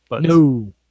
no